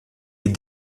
est